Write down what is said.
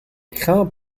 craint